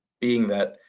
being that